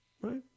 right